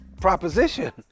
proposition